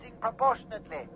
proportionately